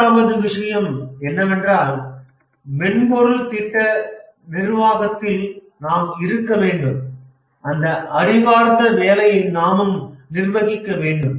மூன்றாவது விஷயம் என்னவென்றால் மென்பொருள் திட்ட நிர்வாகத்தில் நாம் இருக்க வேண்டும் அந்த அறிவார்ந்த வேலையை நாமும் நிர்வகிக்க வேண்டும்